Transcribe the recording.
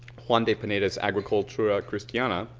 juan de pineda's agricultura christiana,